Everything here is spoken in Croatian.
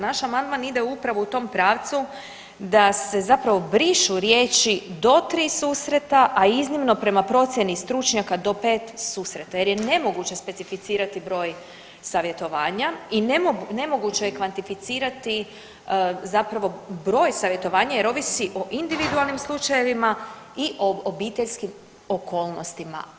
Naš amandman ide upravo u tom pravcu da se zapravo brišu riječi do tri susreta, a iznimno prema procjeni stručnjaka do pet susreta jer je nemoguće specificirati broj savjetovanja i nemoguće je kvantificirati zapravo broj savjetovanja jer ovisi o individualnim slučajevima i o obiteljskim okolnostima.